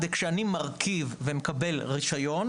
כשאני מרכיב ומקבל רישיון,